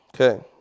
Okay